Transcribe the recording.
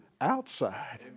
outside